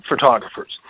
photographers